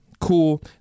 Cool